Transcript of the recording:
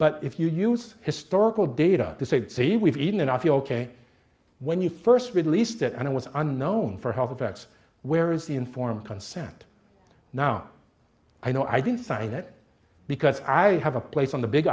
but if you use historical data to say say we've eaten enough you're ok when you first released it and it was unknown for health effects where is the informed consent now i know i didn't sign it because i have a place on the big